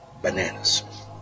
Bananas